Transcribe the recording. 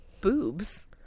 Boobs